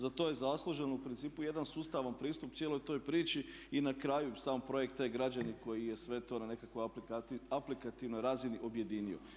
Za to je zaslužen u principu jedan sustavan pristup cijeloj toj priči i na kraju sam projekt e-građanin koji je sve to na nekakvoj aplikativnoj razini objedinio.